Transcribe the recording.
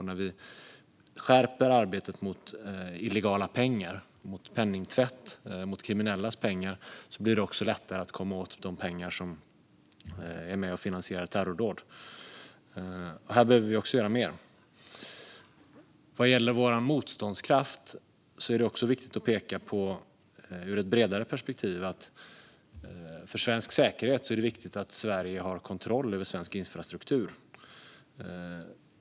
När vi skärper arbetet mot illegala pengar - mot penningtvätt och mot kriminellas pengar - blir det också lättare att komma åt de pengar som är med och finansierar terrordåd. Här behöver vi göra mer. Vad gäller vår motståndskraft är det, ur ett bredare perspektiv, viktigt att peka på att det för svensk säkerhet är viktigt att Sverige har kontroll över svensk infrastruktur.